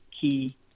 key